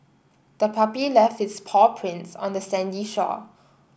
the puppy left its paw prints on the sandy shore